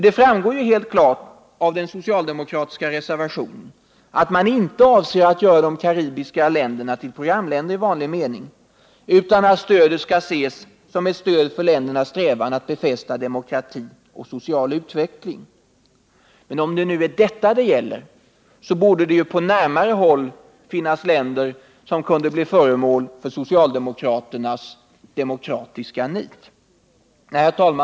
Det framgår helt klart av den socialdemokratiska reservationen att man inte avser att göra de aktuella karibiska länderna till programländer i vanlig mening, utan att biständet skall ses som ”ett stöd för ländernas strävan att befästa demokrati och social utveckling”. Men om det är detta det gäller borde det på närmare håll finnas länder som kunde bli föremål för socialdemokraternas demokratiska nit.